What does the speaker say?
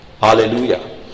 Hallelujah